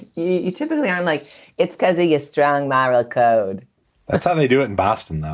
you typically i like it because he is strong moral code that's how they do it in boston,